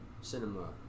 cinema